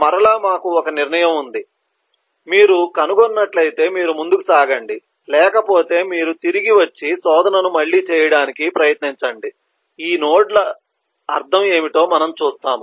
మరలా మాకు ఒక నిర్ణయం ఉంది మీరు కనుగొన్నట్లయితే మీరు ముందుకు సాగండి లేకపోతే మీరు తిరిగి వచ్చి శోధనను మళ్ళీ చేయడానికి ప్రయత్నించండి ఈ నోడ్ల అర్థం ఏమిటో మనము చూస్తాము